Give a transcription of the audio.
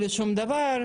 בלי שום דבר,